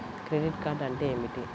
Credit card అంటే ఏమిటి?